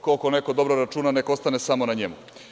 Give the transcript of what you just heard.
Koliko neko dobro računa neka ostane samo na njemu.